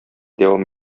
дәвам